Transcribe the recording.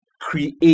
create